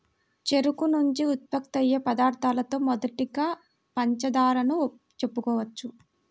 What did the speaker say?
చెరుకు నుంచి ఉత్పత్తయ్యే పదార్థాలలో మొదటిదిగా పంచదారను చెప్పుకోవచ్చు